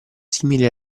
simili